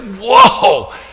whoa